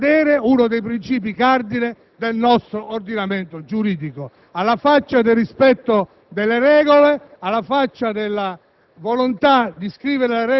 venendo a far cadere uno dei princìpi cardine del nostro ordinamento giuridico. Alla faccia del rispetto delle regole, alla faccia della